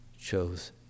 chose